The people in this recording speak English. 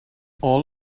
all